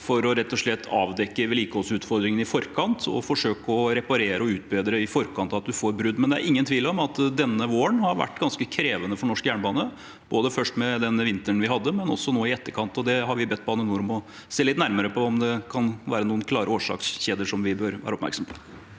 å avdekke vedlikeholdsutfordringene i forkant – forsøke å reparere og utbedre i forkant av at man får brudd. Men det er ingen tvil om at denne våren har vært ganske krevende for norsk jernbane, først med vinteren vi hadde, og nå i etterkant. Vi har bedt Bane NOR om å se litt nærmere på om det kan være noen klare årsakskjeder som vi bør være oppmerksomme på.